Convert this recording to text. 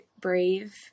brave